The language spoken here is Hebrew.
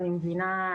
אני מבינה,